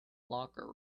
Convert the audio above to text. locker